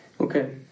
Okay